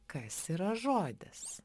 kas yra žodis